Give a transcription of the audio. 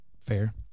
fair